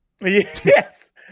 Yes